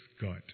God